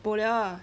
bo liao ah